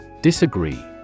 Disagree